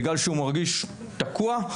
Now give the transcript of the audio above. בגלל שהוא מרגיש תקוע,